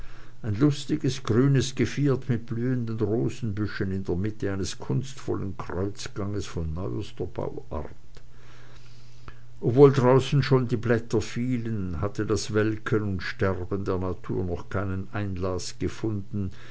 ein lustiges grünes geviert mit blühenden rosenbüschen in der mitte eines kunstvollen kreuzganges von neuester bauart obwohl draußen schon die blätter fielen hatte das welken und sterben der natur noch keinen einlaß gefunden